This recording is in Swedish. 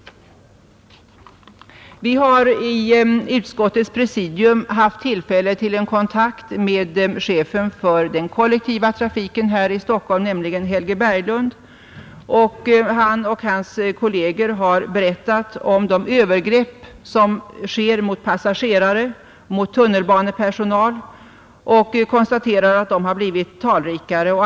Vi har i utskottets presidium haft tillfälle till kontakt med chefen för den kollektiva trafiken i Stockholm, Helge Berglund, och han och hans Nr 71 kolleger har berättat om de övergrepp som sker mot passagerare och mot j tunnelbanepersonal och konstaterat att de har blivit talrikare och dagen den allvarligare.